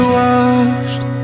washed